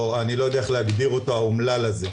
או אני לא יודע איך להגדיר אותו האומלל הזה.